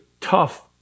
tough